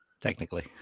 Technically